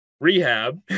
rehab